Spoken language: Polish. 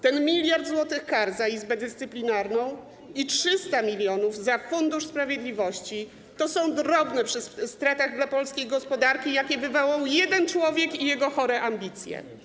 Ten 1 mld zł kar za Izbę Dyscyplinarną i 300 mln za Fundusz Sprawiedliwości to są drobne przy stratach dla polskiej gospodarki, jakie wywołał jeden człowiek i jego chore ambicje.